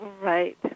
Right